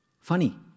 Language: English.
Funny